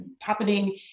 happening